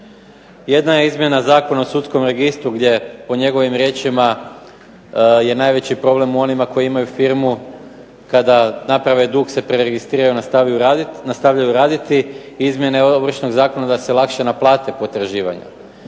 Jedna je izmjena Zakona o sudskom registru gdje po njegovim riječima najveći problem u onima koji imaju firmu kada naprave dug se preregistrira nastavljaju raditi, izmjene Ovršnog zakona da se lakše naplate potraživanja.